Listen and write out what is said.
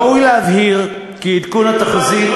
ראוי להבהיר כי עדכון התחזית,